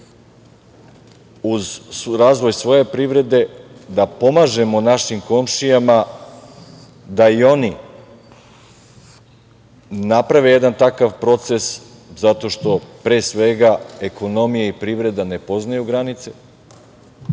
uz razvoj svoje privrede da pomažemo našim komšijama da i oni naprave jedan takav proces, zato što pre svega ekonomija i privreda ne poznaju granice,